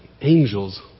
angels